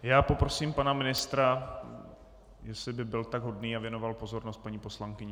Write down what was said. Já poprosím pana ministra, jestli by byl tak hodný a věnoval pozornost paní poslankyni.